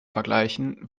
vergleichen